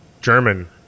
German